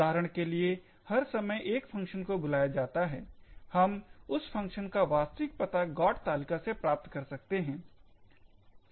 उदाहरण के लिए हर समय एक फंक्शन को बुलाया जाता है हम उस फंक्शन का वास्तविक पता GOT तालिका से प्राप्त कर सकते हैं